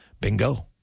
Bingo